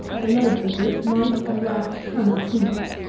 the legs of which mice and rats cannot creep up.